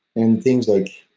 in things like.